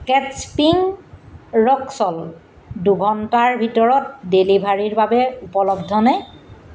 কেট্ছ pink rock salt দুঘণ্টাৰ ভিতৰত ডেলিভাৰীৰ বাবে উপলব্ধ নে